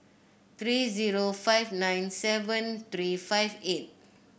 three zero five nine seven three five eight